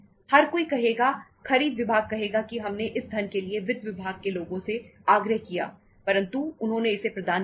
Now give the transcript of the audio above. हर कोई कहेगा खरीद विभाग कहेगा कि हमने इस धन के लिए वित्त विभाग के लोगों से आग्रह किया परंतु उन्होंने इसे प्रदान नहीं किया